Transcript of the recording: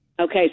Okay